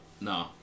no